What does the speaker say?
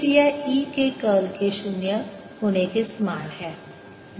फिर यह E के कर्ल के शून्य होने के समान है